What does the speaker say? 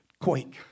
quake